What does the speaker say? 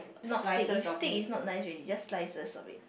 not steak if steak is not nice ready just slices of it